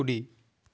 కుడి